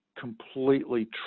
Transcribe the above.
completely